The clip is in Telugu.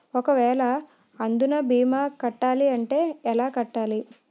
ఒక వేల అందునా భీమా కట్టాలి అంటే ఎలా కట్టాలి?